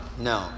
No